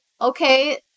okay